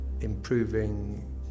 improving